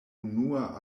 unua